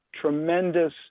tremendous